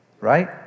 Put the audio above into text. Right